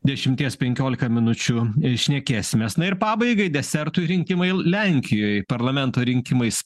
dešimties penkiolika minučių ir šnekėsimės na ir pabaigai desertui rinkimai li lenkijoje parlamento rinkimais